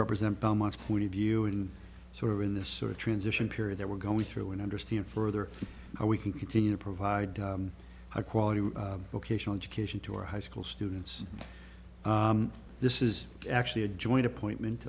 represent belmont's point of view and sort of in this sort of transition period there we're going through and understand further how we can continue to provide high quality vocational education to our high school students this is actually a joint appointment